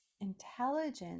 intelligence